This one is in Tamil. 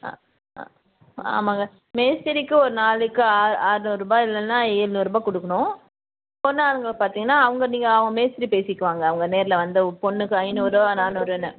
ஆ ஆ ஆமாங்க மேஸ்திரிக்கு ஒரு நாளைக்கு ஆறுநூறுபா இல்லைன்னா எழுநூறுபா கொடுக்கணும் பொண் ஆளுங்களை பார்த்தீங்கன்னா அவங்க நீங்கள் அவங்க மேஸ்திரி பேசிக்குவாங்க அவங்க நேரில் வந்து பொண்ணுக்கு ஐந்நூறுவா நானூறுன்னு